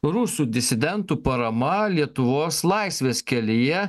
rusų disidentų parama lietuvos laisvės kelyje